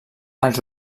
els